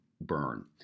burn